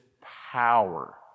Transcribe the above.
power